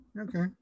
Okay